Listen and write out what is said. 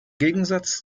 gegensatz